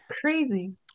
Crazy